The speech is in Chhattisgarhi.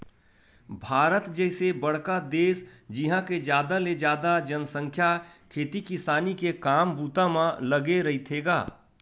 भारत जइसे बड़का देस जिहाँ के जादा ले जादा जनसंख्या खेती किसानी के काम बूता म लगे रहिथे गा